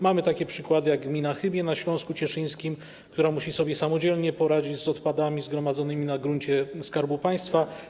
Mamy takie przykłady jak gmina Chybie na Śląsku Cieszyńskim, która musi sobie samodzielnie poradzić z odpadami zgromadzonymi na gruncie Skarbu Państwa.